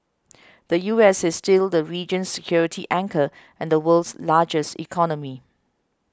the U S is still the region's security anchor and the world's largest economy